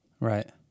right